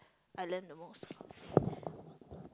I learn the most